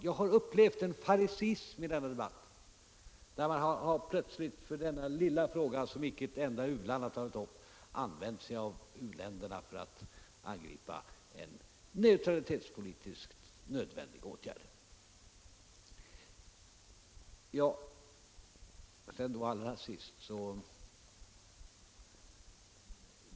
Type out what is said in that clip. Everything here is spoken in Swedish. Jag har upplevt en fariseism i denna debatt, där man plötsligt i denna lilla fråga, som icke ett enda u-land har tagit upp, begagnat sig av uländerna för att angripa en neutralitetspolitiskt nödvändig åtgärd.